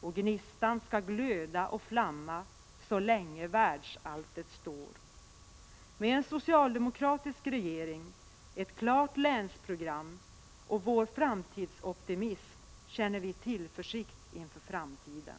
och gnistan skall glöda och flamma så länge världsalltet står.” Med en socialdemokratisk regering, ett klart länsprogram och vår optimism känner vi tillförsikt inför framtiden.